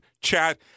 chat